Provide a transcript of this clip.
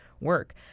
work